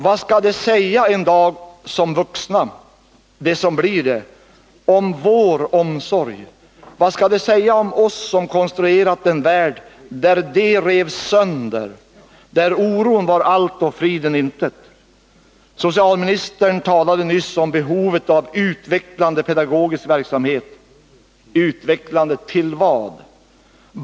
Vad skall de säga en dag som vuxna — de som blir det — om vår omsorg? Vad skall de säga om oss som konstruerat den värld där de revs sönder, där oron var allt och friden intet? Socialministern talade nyss om ”behovet av utvecklande pedagogisk verksamhet”. Utvecklande till vad?